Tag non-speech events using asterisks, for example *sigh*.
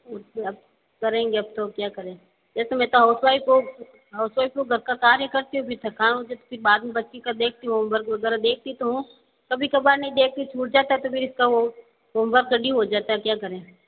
उसने अब करेंगे अब तो क्या करें जैसे मैं तो हाउसवाइफ़ हूँ हाउसवाइफ़ हूँ घर का कार्य करती हूँ फिर थकान हो जाती बाद में बच्ची का देखती हूँ होमवर्क वगैरह देखती तो हूँ कभी कभार नहीं देखती छूट जाता है तो फिर इसका वो होमवर्क *unintelligible* हो जाता है क्या करें